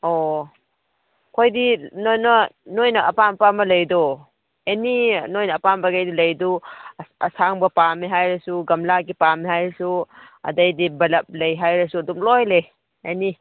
ꯑꯣ ꯑꯩꯈꯣꯏꯗꯤ ꯅꯣꯏꯅ ꯅꯣꯏ ꯑꯄꯥꯝ ꯑꯄꯥꯝꯕ ꯂꯩꯗꯣ ꯑꯦꯅꯤ ꯅꯣꯏꯅ ꯑꯄꯥꯝꯕ ꯂꯩꯗꯨ ꯑꯁꯥꯡꯕ ꯄꯥꯝꯃꯦ ꯍꯥꯏꯔꯁꯨ ꯒꯝꯂꯥꯒꯤ ꯄꯥꯝꯃꯦ ꯍꯥꯏꯔꯁꯨ ꯑꯗꯩꯗꯤ ꯕꯂꯞ ꯂꯩ ꯍꯥꯏꯔꯁꯨ ꯑꯗꯨꯝ ꯂꯣꯏ ꯂꯩ ꯑꯦꯅꯤ